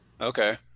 Okay